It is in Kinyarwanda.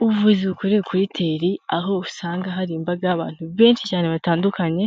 Ubuvuzi bukore kuri teli, aho usanga hari imbaga abantu benshi cyane batandukanye,